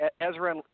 Ezra